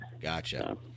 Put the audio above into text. gotcha